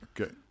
Okay